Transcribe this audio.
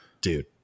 dude